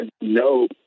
no